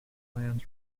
plans